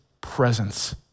presence